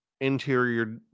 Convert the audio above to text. interior